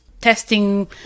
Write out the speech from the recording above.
testing